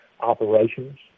operations